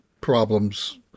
problems